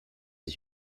ich